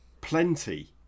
plenty